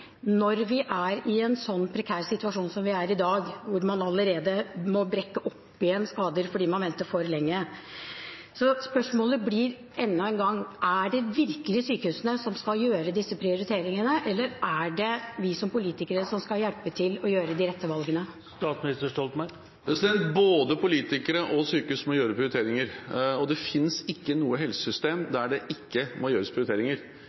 når vi er i en så prekær situasjon som i dag, hvor man allerede må brekke opp igjen skader fordi man venter for lenge. Spørsmålet blir enda en gang: Er det virkelig sykehusene som skal gjøre disse prioriteringene, eller er det vi som politikere som skal hjelpe til å gjøre de rette valgene? Både politikere og sykehus må gjøre prioriteringer, og det finnes ikke noe helsesystem der det ikke må gjøres prioriteringer.